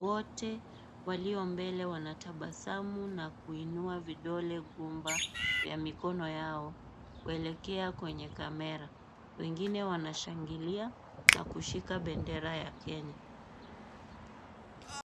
Wote walio mbele wanatabasamu, na kuinua vidole gumba vya mikono yao kuelekea kwenye kamera. Wengine wanashangilia, na kushika bendera ya Kenya.